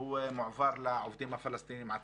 הוא מועבר לעובדים הפלסטינים עצמם?